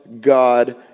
God